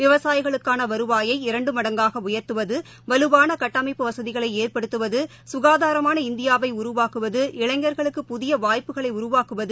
விவசாயிகளுக்கான வருவாயை இரண்டு மடங்காக உயர்த்துவது வலுவான கட்டமைப்பு வசதிகளை ஏற்படுத்துவது சுகாதாரமான இந்தியாவை உருவாக்குவது இளைஞர்களுக்கு புதிய வாய்ப்புகளை உருவாக்குவது